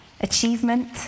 Achievement